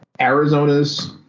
Arizona's